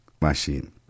machine